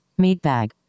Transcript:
Meatbag